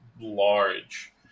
large